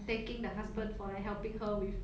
thanking the husband for like helping her with